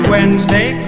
Wednesday